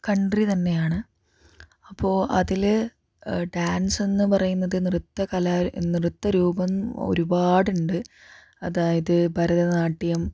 country തന്നെയാണ് അപ്പോൾ അതിൽ ഡാൻസ് എന്ന് പറയുന്നത് നൃത്തകല നൃത്തരൂപം ഒരുപാടുണ്ട് അതായത് ഭരതനാട്യം